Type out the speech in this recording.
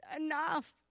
enough